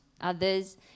others